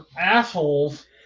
assholes